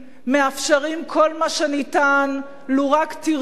מאפשרים כל מה שניתן, לו רק תרצה,